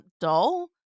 dull